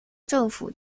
政府